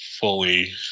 fully